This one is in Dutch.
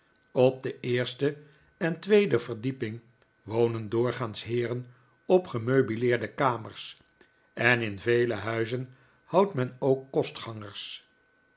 op de eerste en tweede verdieping wonen doorgaans heeren op gemeubileerde kamers en in vele huizen houdt men ook